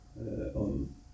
on